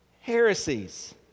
heresies